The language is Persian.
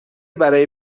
برای